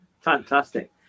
Fantastic